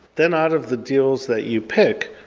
then out of the deals that you pick,